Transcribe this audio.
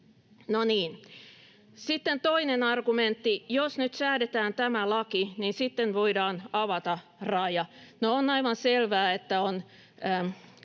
Sitten toinen argumentti: jos nyt säädetään tämä laki, niin sitten voidaan avata raja. On aivan selvää, että on